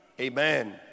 Amen